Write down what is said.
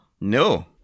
No